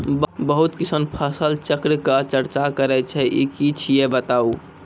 बहुत किसान फसल चक्रक चर्चा करै छै ई की छियै बताऊ?